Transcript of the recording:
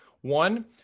One